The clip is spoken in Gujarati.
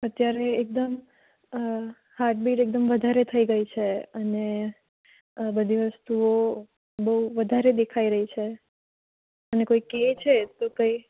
અત્યારે એકદમ હાટ બીટ એકદમ વધારે થઈ ગઈ છે અને બધી વસ્તુઓ બહુ વધારે દેખાઈ રહી છે અને કોઈ કહે છે તો કંઈ